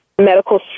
medical